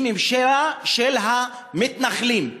היא ממשלה של המתנחלים?